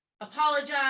apologize